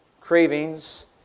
cravings